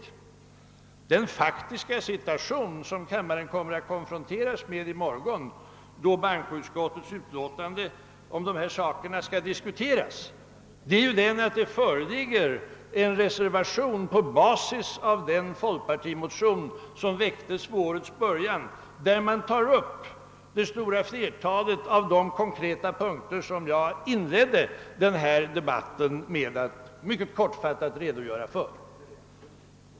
Men den faktiska situation som kammaren kommer att konfronteras med i morgon, när bankoutskottets utlåtande i dessa frågor skall' diskuteras och beslutas, är att det föreligger en reservation på grundval av en vid årets början väckt folkpartimotion. I den har vi tagit upp flertalet av de konkreta punkter som jag inledde denna debatt med att mycket kortfattat redogöra för.